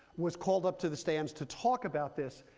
was called up to the stands to talk about this.